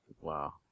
Wow